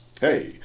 Hey